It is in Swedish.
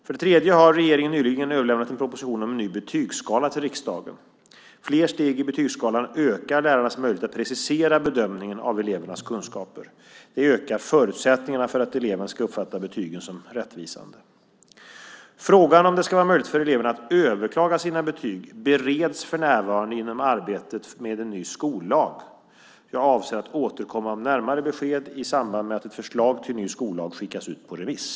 För det tredje har regeringen nyligen överlämnat en proposition om en ny betygsskala till riksdagen. Fler steg i betygsskalan ökar lärarnas möjlighet att precisera bedömningen av elevernas kunskaper. Det ökar förutsättningarna för att eleverna ska uppfatta betygen som rättvisande. Frågan om det ska vara möjligt för eleverna att överklaga sina betyg bereds för närvarande inom arbetet med en ny skollag. Jag avser att återkomma med närmare besked i samband med att ett förslag till en ny skollag skickas ut på remiss.